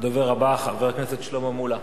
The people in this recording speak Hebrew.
הדובר הבא, חבר הכנסת שלמה מולה.